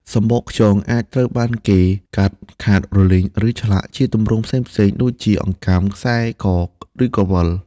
សំបកខ្យងអាចត្រូវបានគេ កាត់ ខាត់ រំលីង ឬឆ្លាក់ ជាទម្រង់ផ្សេងៗ ដូចជាអង្កាំ ខ្សែ ក ឬក្រវិល។